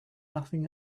nothing